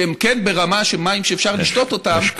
שהם כן ברמה של מים שאפשר לשתות אותם,